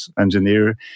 engineer